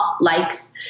likes